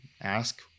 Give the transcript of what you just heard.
ask